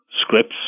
scripts